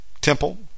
Temple